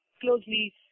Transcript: closely